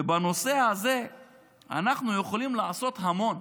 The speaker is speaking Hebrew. ובנושא הזה אנחנו יכולים לעשות המון.